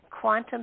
quantum